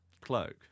Cloak